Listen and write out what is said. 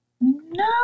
No